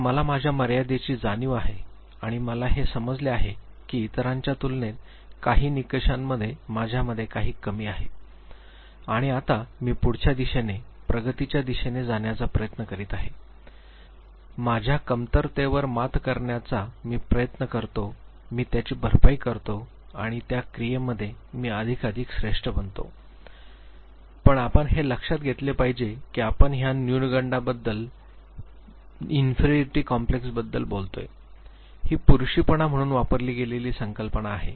तर मला माझ्या मर्यादेची जाणीव आहे आणि मला हे समजले आहे की इतरांच्या तुलनेत काही निकषांमध्ये माझ्यामध्ये काही कमी आहे आणि आता मी पुढच्या दिशेने प्रगतीच्या दिशेने जाण्याचा प्रयत्न करीत आहे माझ्या कमतरतेवर मात करण्याचा मी प्रयत्न करतो मी त्याची भरपाई करतो आणि त्या प्रक्रियेमध्ये मी अधिकाधिक श्रेष्ठ बनतो पण आपण हे लक्षात घेतले पाहिजे की आपण ह्या न्यूनगंडा बद्दल इन्फेरीयोरीटी कॉम्प्लेक्स बद्दल बोलतोय ही पुरुषी पणा म्हणून वापरली गेलेली संकल्प आहे